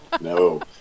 no